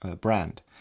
brand